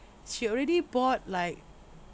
she already bought like